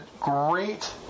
great